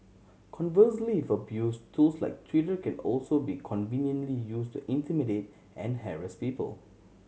conversely if abused tools like Twitter can also be conveniently used to intimidate and harass people